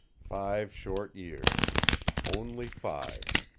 five short years only five.